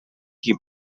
keep